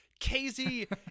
KZ